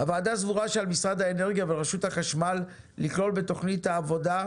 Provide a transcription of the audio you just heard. הוועדה סבורה שעד משרד האנרגיה ורשות החשמל לכלול בתוכנית העבודה,